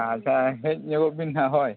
ᱟᱪᱪᱷᱟ ᱦᱮᱡ ᱧᱚᱜᱚᱜ ᱵᱮᱱ ᱦᱟᱸᱜ ᱦᱳᱭ